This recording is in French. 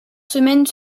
semaines